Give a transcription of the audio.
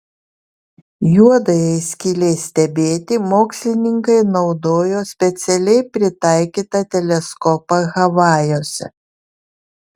juodajai skylei stebėti mokslininkai naudojo specialiai pritaikytą teleskopą havajuose